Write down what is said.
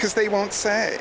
because they won't say